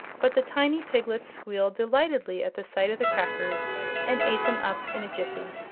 but the tiny piglets squealed delightedly at the sight of the crackers and ate them up in a jiffy.